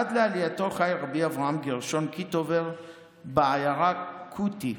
עד לעלייתו חי רבי אברהם גרשון קיטובר בעיירה קוטי,